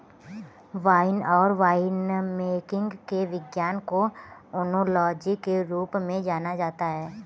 wine और winemaking के विज्ञान को ओनोलॉजी के रूप में जाना जाता है